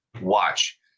watch